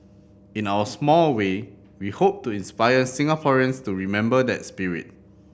in our small way we hope to inspire Singaporeans to remember that spirit